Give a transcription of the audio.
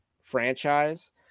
franchise